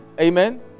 Amen